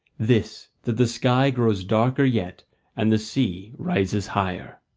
this that the sky grows darker yet and the sea rises higher.